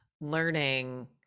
learning